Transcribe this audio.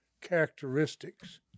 characteristics